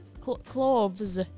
cloves